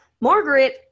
Margaret